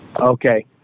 Okay